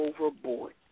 overboard